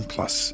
Plus